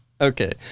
Okay